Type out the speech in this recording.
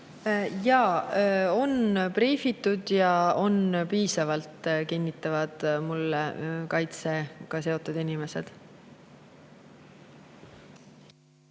Jaa, on briifitud ja on piisavalt, kinnitavad mulle kaitsega seotud inimesed.